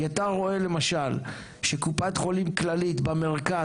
כי אתה רואה למשל שקופת חולים כללית במרכז,